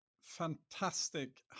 fantastic